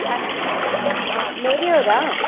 ಯಾ ಹಾಂ ಮೇರಿಯವರಾ